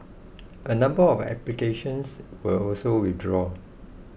a number of applications were also withdrawn